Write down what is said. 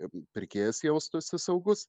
ir pirkėjas jaustųsi saugus